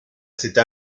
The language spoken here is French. cette